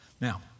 Now